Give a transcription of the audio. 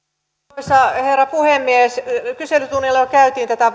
arvoisa herra puhemies kyselytunnilla jo käytiin tätä